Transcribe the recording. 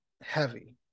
heavy